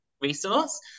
resource